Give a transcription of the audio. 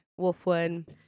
Wolfwood